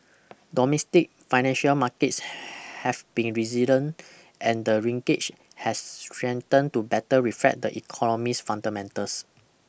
domestic financial markets have been resilient and the ringgit has strengthened to better reflect the economies fundamentals